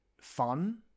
fun